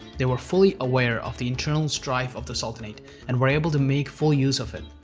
they were fully aware of the internal strife of the sultanate and were able to make full use of it.